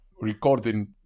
Recording